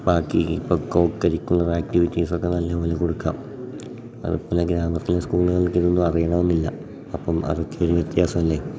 ബാക്കി ഇപ്പം കോകരിക്കുലർ ആക്ടിവിറ്റീസൊക്കെ നല്ല പോലെ കൊടുക്കാം അത് പല ഗ്രാമത്തിലെ സ്കൂളുകൾക്ക് ഇതൊന്നും അറിയണം എന്നില്ല അപ്പം അതൊക്കെ ഒരു വ്യത്യാസമല്ലേ